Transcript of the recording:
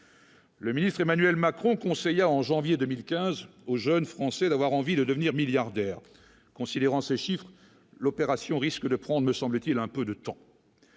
le ministre, Emmanuel Macron, conseillère en janvier 2015 aux jeunes Français d'avoir envie de devenir milliardaire considérant ces chiffres, l'opération risque de prendre, me semble-t-il un peu de temps.